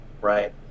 right